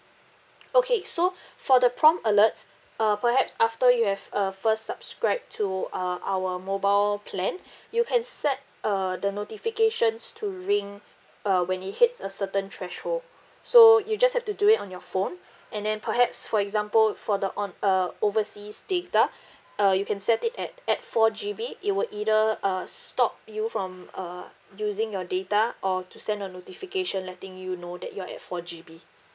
okay so for the prompt alert uh perhaps after you have uh first subscribe to uh our mobile plan you can set uh the notifications to ring uh when it hits a certain threshold so you just have to do it on your phone and then perhaps for example for the on uh overseas data uh you can set it at at four G_B it would either uh stop you from uh using your data or to send a notification letting you know that you're at four G_B